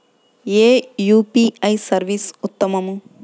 ఏ UPI service ఉత్తమము?